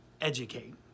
educate